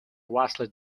vastly